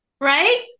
Right